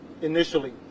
initially